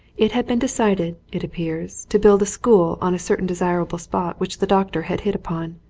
it had been decided, it appears, to build a school on a certain desirable spot which the doctor had hit upon,